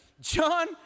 John